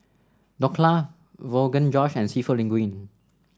Dhokla Rogan Josh and seafood Linguine